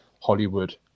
hollywood